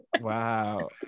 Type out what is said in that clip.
Wow